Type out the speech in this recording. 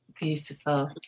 Beautiful